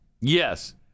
Yes